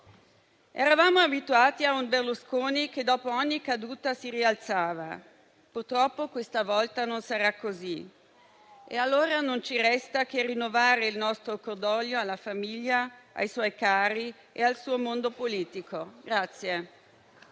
Eravamo abituati a un Berlusconi che dopo ogni caduta si rialzava. Purtroppo questa volta non sarà così e allora non ci resta che rinnovare il nostro cordoglio alla famiglia, ai suoi cari e al suo mondo politico.